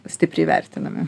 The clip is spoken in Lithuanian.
stipriai vertinami